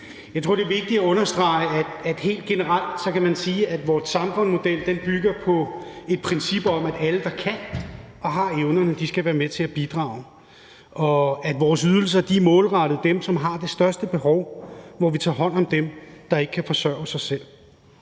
Jeg tror, det er vigtigt at understrege, at man helt generelt kan sige, at vores samfundsmodel bygger på et princip om, at alle, der kan og har evnerne, skal være med til at bidrage, og at vores ydelser er målrettet dem, som har det største behov, hvor vi tager hånd om dem, der ikke kan forsørge sig selv.